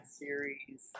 series